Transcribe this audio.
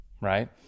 right